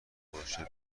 باشه